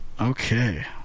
Okay